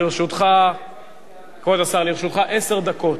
לרשותך עשר דקות,